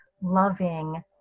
loving